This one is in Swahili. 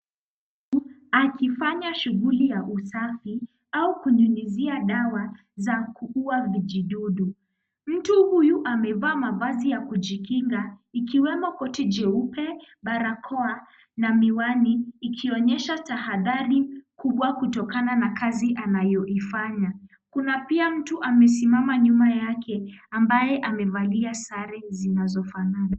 Akifanya shughuli ya usafi au kunyunyizia dawa za kuua vijidudu. Mtu huyu amevaa mavazi ya kujikinga ikiwemo koti jeupe, balakoa na miwani ikionyesha tahadhari kubwa kutokana na kazi anayoifanya. Kuna pia mtu amesimama nyuma yake ambaye amevalia sare zinazofanana.